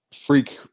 freak